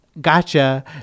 Gotcha